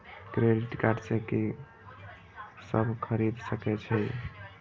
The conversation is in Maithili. क्रेडिट कार्ड से की सब खरीद सकें छी?